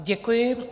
Děkuji.